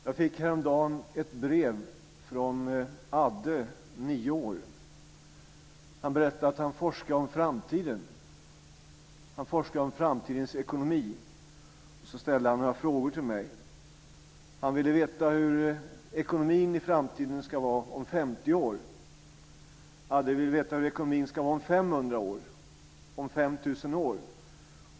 Fru talman! Häromdagen fick jag ett brev från Adde, 9 år. Han berättade att han forskar om framtiden. Han forskar om framtidens ekonomi. Så ställde han några frågor till mig. Han ville veta hur ekonomin i framtiden ska vara, om 50 år, om 500 år, om 5 000 år.